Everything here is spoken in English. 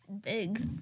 big